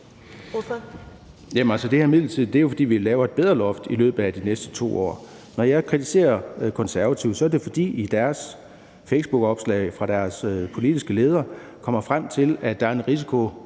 det er midlertidigt, er det jo, fordi vi laver en bedre loft i løbet af de næste 2 år. Når jeg kritiserer Konservative, er det, fordi deres politiske leder i sit facebookopslag kommer frem til, at der er en risiko